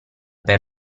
per